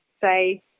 say